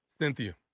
Cynthia